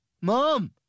Mom